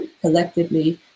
collectively